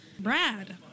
Brad